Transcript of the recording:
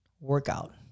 workout